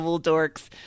dorks